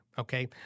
Okay